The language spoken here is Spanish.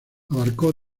abarcó